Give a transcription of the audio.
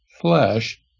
flesh